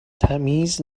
تمیز